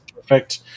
perfect